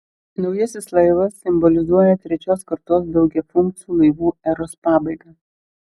naujasis laivas simbolizuoja trečios kartos daugiafunkcių laivų eros pabaigą